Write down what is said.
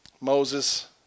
Moses